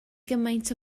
gymaint